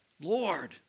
Lord